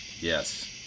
Yes